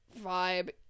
vibe